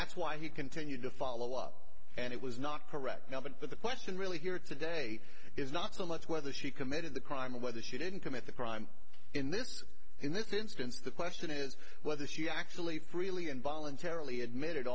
that's why he continued to follow up and it was not correct but the question really here today is not so much whether she committed the crime or whether she didn't commit the crime in this in this instance the question is whether she actually freely and voluntarily admitted